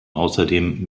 außerdem